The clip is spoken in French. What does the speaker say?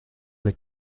les